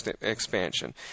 expansion